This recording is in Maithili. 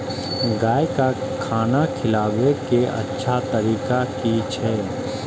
गाय का खाना खिलाबे के अच्छा तरीका की छे?